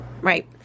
Right